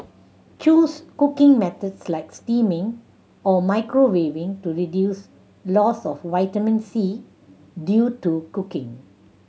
choose cooking methods like steaming or microwaving to reduce loss of vitamin C due to cooking